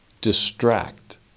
distract